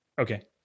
Okay